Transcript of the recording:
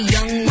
Young